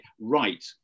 right